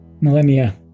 millennia